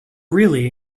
really